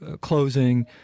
closing